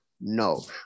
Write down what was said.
No